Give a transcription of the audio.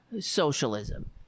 socialism